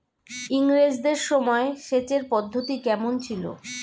ইঙরেজদের সময় সেচের পদ্ধতি কমন ছিল?